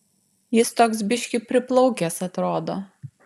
jis toks biškį priplaukęs atrodo